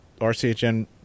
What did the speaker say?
rchn